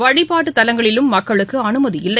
வழிபாட்டுத்தலங்களிலும் மக்களுக்கு அனுமதி இல்லை